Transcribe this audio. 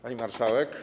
Pani Marszałek!